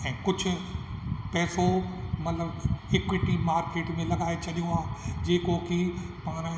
ऐं कुझु पैसो मतलबु इक्विटी मार्केट में लॻाए छॾियो आहे जेको की पाणि